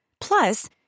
Plus